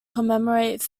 commemorate